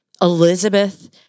Elizabeth